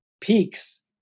peaks